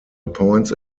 appoints